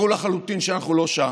ברור לחלוטין שאנחנו לא שם.